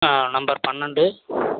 ஆ number பன்னெண்டு